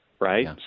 Right